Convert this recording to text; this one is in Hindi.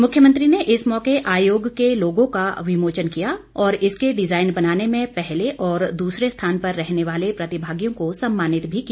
मुख्यमंत्री ने इस मौके आयोग के लोगो का विमोचन किया और इसके डिजाईन बनाने में पहले और दूसरे स्थान पर रहने वाले प्रतिभागियों को सम्मानित भी किया